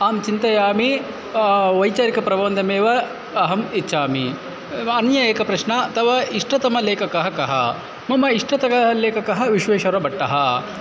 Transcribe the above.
आं चिन्तयामि वैचारिकप्रबन्धमेव अहम् इच्छामि व अन्यः एकः प्रश्नः तव इष्टतम लेखकः कः मम इष्टतम लेखकः विश्वेश्वरभट्टः